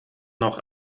noch